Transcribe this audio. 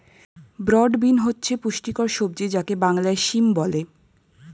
broad bean হচ্ছে পুষ্টিকর সবজি যাকে বাংলায় সিম বলে